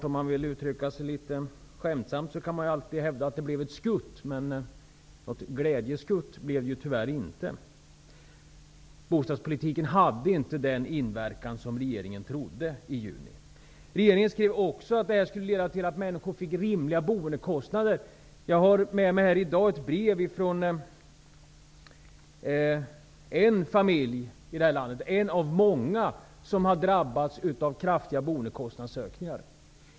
Om man vill uttrycka sig skämtsamt kan man ju alltid hävda att det blev ett skutt, men något glädjeskutt blev det tyvärr inte. Omläggningen av bostadspolitiken hade inte den inverkan som regeringen trodde i juni. Regeringen skrev också att omläggningen skulle leda till att människor fick rimliga boendekostnader. Jag har med mig ett brev från en familj här i landet -- en av många -- som har drabbats av kraftiga boendekostnadsökningar.